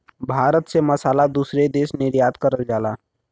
भारत से मसाला दूसरे देश निर्यात करल जाला